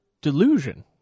Delusion